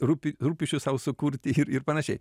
rūpi rūpesčius sau sukurti ir ir panašiai